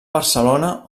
barcelona